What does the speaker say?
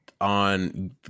on